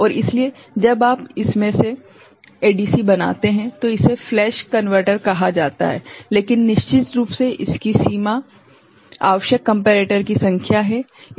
और इसीलिए जब आप इसमें से ADC बनाते हैं तो इसे फ्लैश कन्वर्टर कहा जाता है लेकिन निश्चित रूप से इसकी सीमा आवश्यक कम्पेरेटर की संख्या है